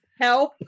help